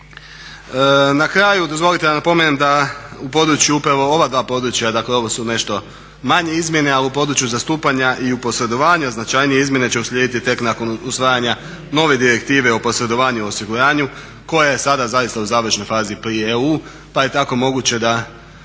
Na kraju dozvolite da napomenem da u području upravo ova dva područja, dakle ovo su nešto manje izmjene ali u području zastupanja i u posredovanju a značajnije izmjene će uslijediti tek nakon usvajanja nove direktive o posredovanju u osiguranju koja je sada zaista u završnoj fazi prije EU pa je tako moguće da